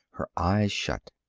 her eyes shut.